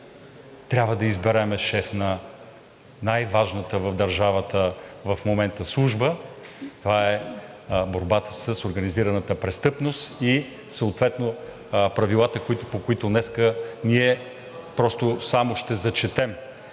трябва да изберем шеф на най-важната в държавата в момента служба – това е борбата с организираната престъпност, и съответно Правила, които днес ние просто само ще зачетем.